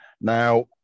now